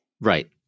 Right